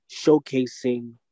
showcasing